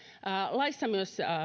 laissa myös